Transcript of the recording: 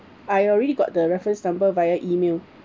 I already got the reference number via E-mail